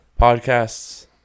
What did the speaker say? podcasts